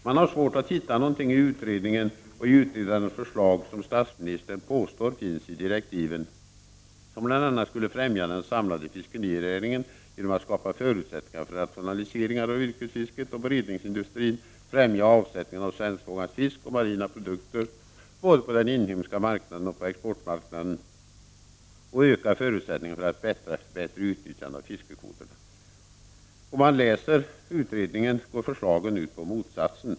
Man har svårt att i utredningen och i utredarens förslag hitta någonting som statsministern påstår finns i direktiven. Enligt direktiven skulle man bl.a. främja den samlade fiskerinäringen genom att skapa förutsättningar för rationaliseringar av yrkesfisket och beredningsindustrin, främja avsättningen av svenskfångad fisk och marina produkter både på den inhemska marknaden och på exportmarknaden och öka förutsättningarna för ett bättre utnyttjande av fiskekvoterna. När man läser utredningen ser man att förslagen går ut på motsatsen.